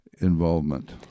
involvement